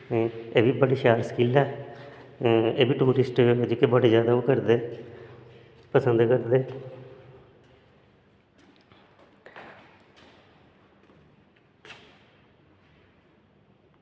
एह् बी बड़ी शैल स्किल ऐ एह् बी टूरिस्ट जेह्के बड़ी जैदा ओह् करदे पसंद करदे